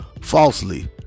falsely